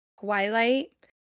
Twilight